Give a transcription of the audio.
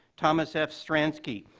thomas f. stransky,